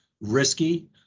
risky